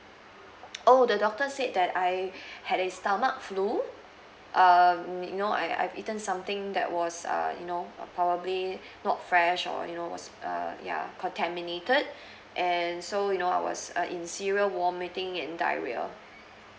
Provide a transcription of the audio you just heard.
oh the doctor said that I had a stomach flu um you know I I've eaten something that was err you know probably not fresh or you know s~ uh ya contaminated and so you know I was uh in serial vomiting and diarrhea